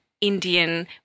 Indian